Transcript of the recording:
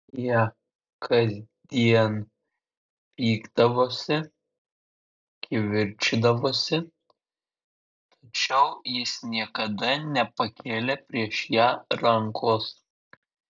jie kasdien pykdavosi kivirčydavosi tačiau jis niekada nepakėlė prieš ją rankos